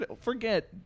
Forget